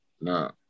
No